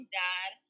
dad